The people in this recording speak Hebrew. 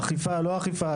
אכיפה או לא אכיפה,